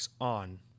On